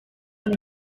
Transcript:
del